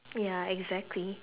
ya exactly